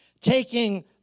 Taking